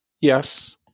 Yes